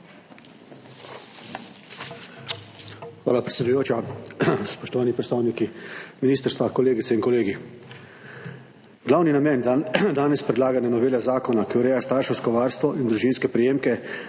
Hvala, predsedujoča. Spoštovani predstavniki ministrstva, kolegice in kolegi! Glavni namen danes predlagane novele zakona, ki ureja starševsko varstvo in družinske prejemke,